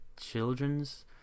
children's